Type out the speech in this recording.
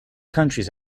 countries